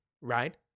right